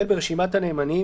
הנאמנים.